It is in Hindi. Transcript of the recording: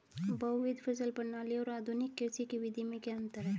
बहुविध फसल प्रणाली और आधुनिक कृषि की विधि में क्या अंतर है?